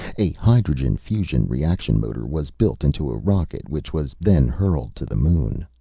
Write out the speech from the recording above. a hydrogen-fusion reaction motor was built into a rocket, which was then hurled to the moon.